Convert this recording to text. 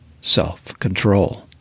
self-control